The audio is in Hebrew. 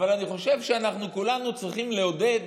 אבל אני חושב שאנחנו כולנו צריכים לעודד